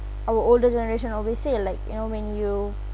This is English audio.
our older generation always say like you know when you